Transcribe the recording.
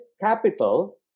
capital